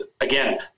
Again